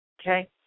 okay